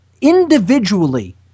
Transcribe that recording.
individually